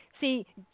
see